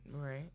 Right